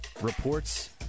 Reports